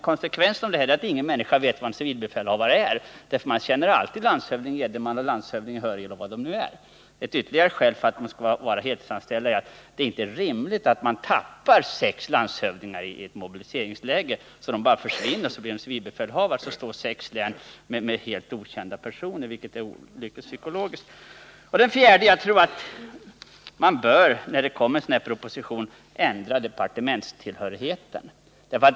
Konsekvensen av detta är att de flesta inte vet vad en civilbefälhavare är. Man känner alltid landshövding Edenman, landshövding Hörjel och vilka de nu är. Att de samtidigt är civilbefälhavare vet få. Ytterligare ett skäl för att civilbefälhavarna skall vara heltidsanställda är att det inte är rimligt att man tappar sex landshövdingar i ett mobiliseringsläge. De bara försvinner för att bli civilbefälhavare, och så står sex län med helt okända personer i ledningen, vilket vore psykologiskt olyckligt. För det fjärde tror jag att man bör, när det kommer en proposition, ändra departementstillhörigheten för civilbefälhavarna.